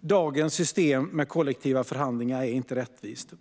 Dagens system med kollektiva förhandlingar är inte rättvist.